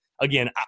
again